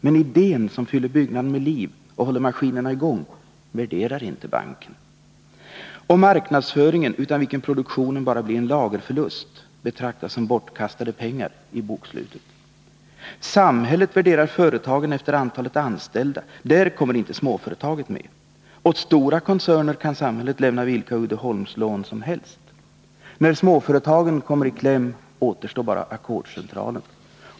Men idén, som fyller byggnaden med liv och håller maskinerna i gång, värderar inte banken. Och marknadsföringen, utan vilken produktionen bara blir en lagerförlust, betraktas som bortkastade pengar i bokslutet. Samhället värderar företagen efter antalet anställda. Där kommer inte småföretaget med. Åt stora koncerner kan samhället lämna vilka Uddeholmslån som helst. När småföretagen kommer i kläm återstår bara Ackordscentralen.